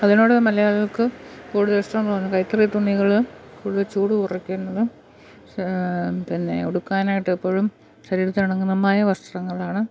അതിനോട് മലയാളികൾക്ക് കൂടുതലിഷ്ടം തോന്നും കൈത്തറി തുണികൾ ഉള്ളിൽ ചൂട് കുറയ്ക്കുന്നതും പിന്നെ ഉടുക്കാനായിട്ട് എപ്പോഴും ശരീരത്തിന് ഇണങ്ങുന്നതുമായ വസ്ത്രങ്ങളാണ്